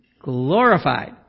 glorified